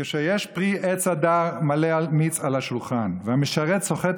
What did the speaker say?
כשיש פרי עץ הדר מלא מיץ על השולחן והמשרת סוחט